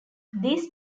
these